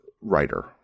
writer